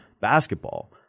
basketball